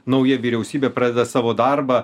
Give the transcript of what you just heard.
nauja vyriausybė pradeda savo darbą